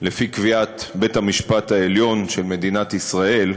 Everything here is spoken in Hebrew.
לפי קביעת בית-המשפט העליון של מדינת ישראל,